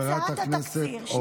חברת הכנסת אורית, תודה רבה.